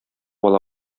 ала